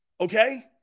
Okay